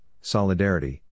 Solidarity